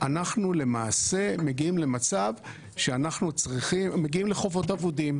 מגיעים לחובות אבודים.